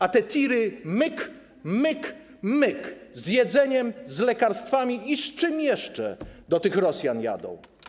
A te tiry myk, myk, myk - z jedzeniem, z lekarstwami i z czym jeszcze do tych Rosjan jadą?